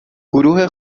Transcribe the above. گروه